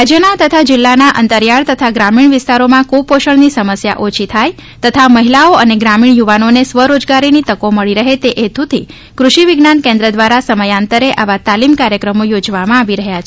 રાજ્યના તથા જિલ્લાનાં અંતરિયાળ તથા ગ્રામીણ વિસ્તારોમાં કુપોષણની સમસ્યા ઓછી થાય તથા મહિલાઓ તથા ગ્રામીણ યુવાનોને સ્વરોજગારીની તકો મળી રહે તે હેતુથી કૃષિ વિજ્ઞાન કેન્દ્ર દ્વારા સમયાંતરે આવા તાલીમ કાર્યક્રમો યોજવામાં આવી રહ્યા છે